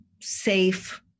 safe